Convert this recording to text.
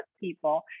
people